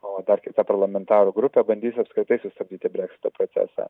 o dar kitą parlamentarų grupė bandys apskritai sustabdyti breksito procesą